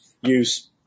use